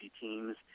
teams